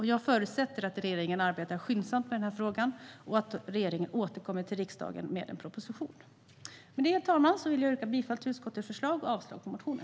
Jag förutsätter att Regeringen arbetar skyndsamt med frågan och återkommer till riksdagen med en proposition. Med det, herr talman, vill jag yrka bifall till utskottets förslag och avslag på motionen.